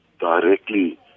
directly